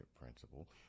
principle